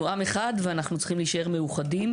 עם אחד ואנחנו צריכים להישאר מאוחדים